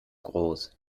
groß